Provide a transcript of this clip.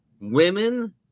Women